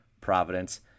providence